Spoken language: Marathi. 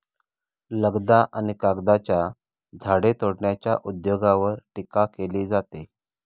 लगदा आणि कागदाच्या झाडे तोडण्याच्या उद्योगावर टीका केली जाते